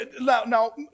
Now